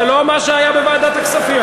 זה לא מה שהיה בוועדת הכספים.